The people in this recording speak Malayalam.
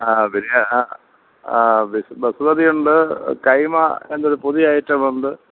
ആ ബിരിയാണി ആ ആ ബസ് ബസുമതി ഉണ്ട് കൈമ എന്നൊരു പുതിയ ഐറ്റം ഉണ്ട്